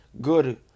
Good